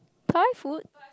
Thai food